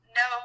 no